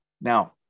Now